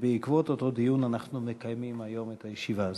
שבעקבותיו אנחנו מקיימים היום את הישיבה הזאת.